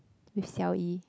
with Xiao-Yi